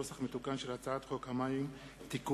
נוסח מתוקן של הצעת חוק המים (תיקון,